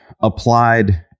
Applied